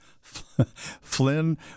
Flynn